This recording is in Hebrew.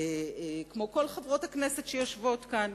כמו כל חברות הכנסת שיושבות כאן.